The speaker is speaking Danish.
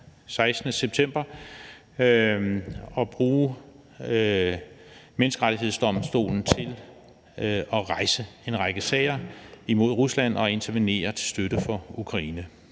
16. september, og til at rejse en række sager imod Rusland og intervenere til støtte for Ukraine.